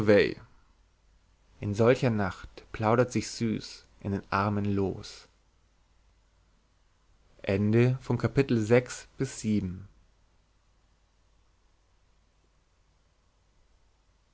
in solcher nacht plaudert's sich süß in den armen loos